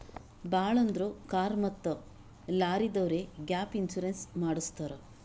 ಭಾಳ್ ಅಂದುರ್ ಕಾರ್ ಮತ್ತ ಲಾರಿದವ್ರೆ ಗ್ಯಾಪ್ ಇನ್ಸೂರೆನ್ಸ್ ಮಾಡುಸತ್ತಾರ್